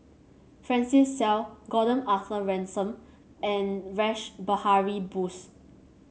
Francis Seow Gordon Arthur Ransome and Rash Behari Bose